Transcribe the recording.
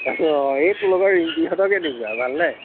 এই তোৰ লগৰ ৰিম্পীহঁতকে দিবি আৰু ভাল নে